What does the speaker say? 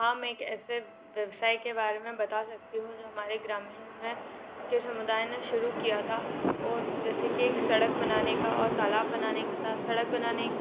हाँ मैं एक ऐसे व्यवसाय के बारे में बता सकती हूँ जो हमारे ग्रामीण में के समुदाय ने शुरू किया था अउन जैसे कि एक सड़क बनाने का और तालाब बनाने का था सड़क बनाने